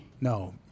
No